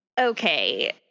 Okay